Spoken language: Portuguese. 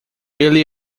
ele